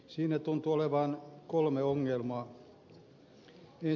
siinä tuntuu olevan kolme ongelmaa